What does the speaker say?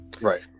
right